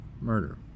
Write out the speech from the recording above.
murder